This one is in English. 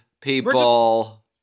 people